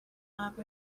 lab